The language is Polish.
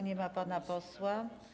Nie ma pana posła.